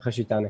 אחרי שהיא תענה.